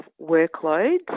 workloads